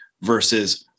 versus